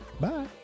Bye